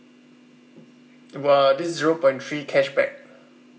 about this zero point free cashback